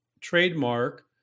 trademark